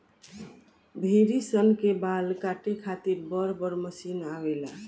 भेड़ी सन के बाल काटे खातिर बड़ बड़ मशीन आवेला